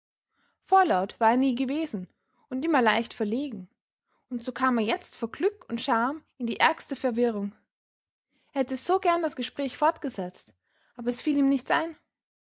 vorlaut war er nie gewesen und immer leicht verlegen und so kam er jetzt vor glück und scham in die ärgste verwirrung er hätte so gern das gespräch fortgesetzt aber es fiel ihm nichts ein